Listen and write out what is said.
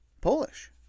Polish